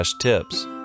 tips